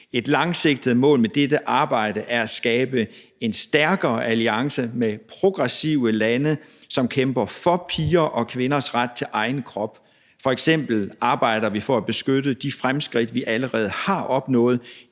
Et langsigtet mål med dette arbejde er at skabe en stærkere alliance med progressive lande, som kæmper for piger og kvinders ret til egen krop. F.eks. arbejder vi for at beskytte de fremskridt, vi allerede har opnået